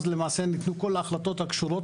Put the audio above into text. אז למעשה ניתנו כל ההחלטות הקשורות